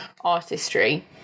artistry